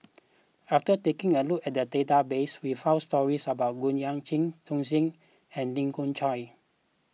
after taking a look at the database we found stories about Goh Yihan Chao Tzee Cheng and Lee Khoon Choy